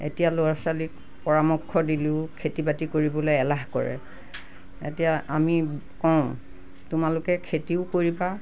এতিয়া ল'ৰা ছোৱালীক পৰামৰ্শ দিলেও খেতি বাতি কৰিবলৈ এলাহ কৰে এতিয়া আমি কওঁ তোমালোকে খেতিও কৰিবা